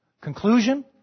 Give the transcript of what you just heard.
Conclusion